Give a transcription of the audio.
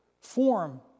form